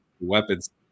weapons